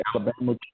Alabama